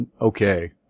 okay